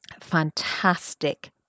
fantastic